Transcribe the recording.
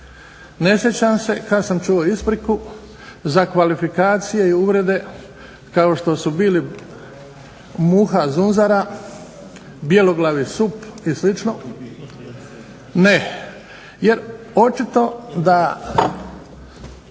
Ne sjećam se kada sam čuo ispriku za kvalifikacije i uvrede kao što su bili muha zunzara, bjeloglavi sup i sl. Ne, jer očito bi